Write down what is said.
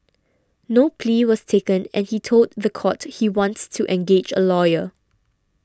no plea was taken and he told the court he wants to engage a lawyer